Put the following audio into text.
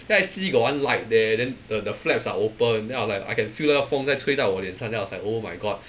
then I see got one light there then the the flaps are open then I like I can feel 那个风在吹在我脸上 then I was like oh my god